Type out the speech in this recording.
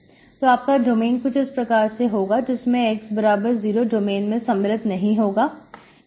तो आपका डोमेन कुछ इस प्रकार होगा जिसमें x बराबर 0 डोमेन में सम्मिलित नहीं होगा